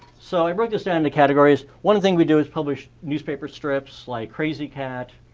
so i break this down into categories. one thing we do is publish newspaper strips like crazy kat,